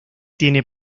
tiene